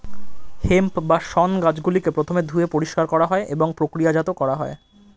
hemp বা শণ গাছগুলিকে প্রথমে ধুয়ে পরিষ্কার করা হয় এবং প্রক্রিয়াজাত করা হয়